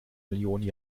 millionen